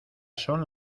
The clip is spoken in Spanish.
son